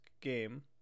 game